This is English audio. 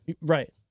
right